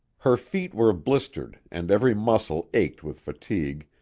her feet were blistered and every muscle ached with fatigue,